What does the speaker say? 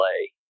play